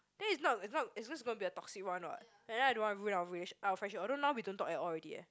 that's it's not it's not it's just gonna be a toxic one what and then I don't wanna ruin our relations~ friendship although now we don't talk at all already eh